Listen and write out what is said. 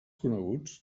coneguts